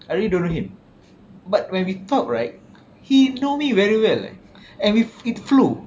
I really don't know him but when we talk right he know me very well leh and we it flew